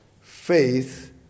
faith